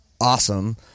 awesome